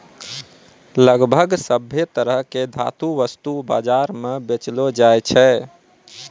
लगभग सभ्भे तरह के धातु वस्तु बाजार म बेचलो जाय छै